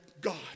God